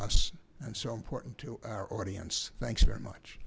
us and so important to our audience thanks very much